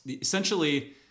Essentially